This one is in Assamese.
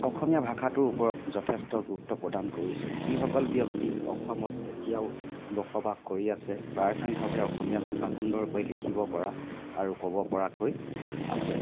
অসমীয়া ভাষাটোৰ ওপৰত যথেষ্ট গুৰুত্ব প্ৰদান কৰিছে যিসকল ব্যক্তি অসমত এতিয়াও বসবাস কৰি আছে প্ৰায় সংখ্যকে অসমীয়া ভাষা সুন্দৰকৈ লিখিব পৰা আৰু ক'ব পৰাকৈ আছে